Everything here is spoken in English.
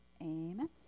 Amen